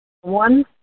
one